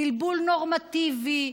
בלבול נורמטיבי,